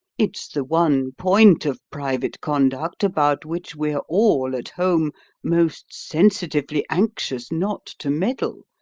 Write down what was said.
it's the one point of private conduct about which we're all at home most sensitively anxious not to meddle,